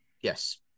Yes